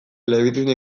elebiduna